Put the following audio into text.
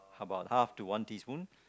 how about half to one teaspoon